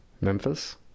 Memphis